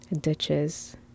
ditches